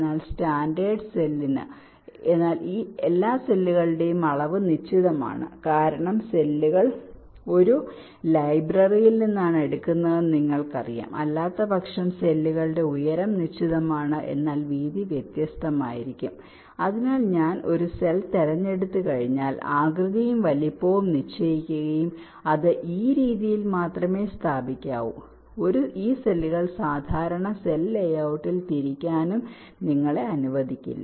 എന്നാൽ സ്റ്റാൻഡേർഡ് സെല്ലിന് എന്നാൽ ഈ എല്ലാ സെല്ലുകളുടെയും അളവ് നിശ്ചിതമാണ് കാരണം സെല്ലുകൾ ഒരു ലൈബ്രറിയിൽ നിന്നാണ് എടുക്കുന്നതെന്ന് നിങ്ങൾക്കറിയാം അല്ലാത്തപക്ഷം സെല്ലുകളുടെ ഉയരം നിശ്ചിതമാണ് എന്നാൽ വീതി വ്യത്യസ്തമായിരിക്കും എന്നാൽ ഞാൻ ഒരു സെൽ തിരഞ്ഞെടുത്തുകഴിഞ്ഞാൽ ആകൃതിയും വലുപ്പവും നിശ്ചയിക്കുകയും അത് ഈ രീതിയിൽ മാത്രമേ സ്ഥാപിക്കാവൂ ഈ സെല്ലുകൾ ഒരു സാധാരണ സെൽ ലേഔട്ടിൽ തിരിക്കാനും നിങ്ങളെ അനുവദിക്കില്ല